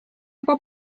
juba